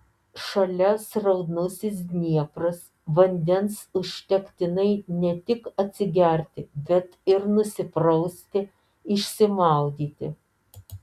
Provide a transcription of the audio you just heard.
šalia sraunusis dniepras vandens užtektinai ne tik atsigerti bet ir nusiprausti išsimaudyti